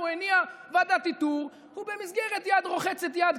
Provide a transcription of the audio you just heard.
הוא הניע ועדת איתור ובמסגרת יד רוחצת יד,